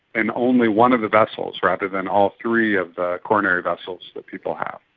and only one of the vessels rather than all three of the coronary vessels that people have,